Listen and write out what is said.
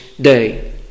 day